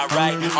right